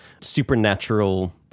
supernatural